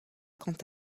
quant